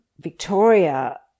Victoria